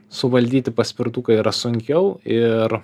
suvaldyti paspirtuką yra sunkiau ir